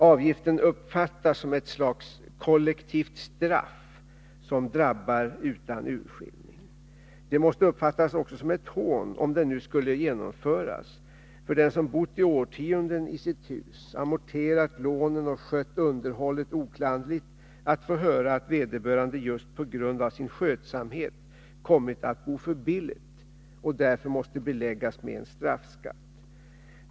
Avgiften uppfattas som ett slags kollektivt straff, som drabbar utan urskillning. Det måste uppfattas också som ett hån, om den nu skulle genomföras, för den som bott i årtionden i sitt hus, amorterat lånen och skött underhållet oklanderligt att få höra att vederbörande just på grund av sin skötsamhet kommit att bo för billigt och därför måste beläggas med en straffskatt.